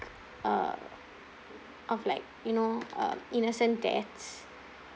uh of like you know uh innocent deaths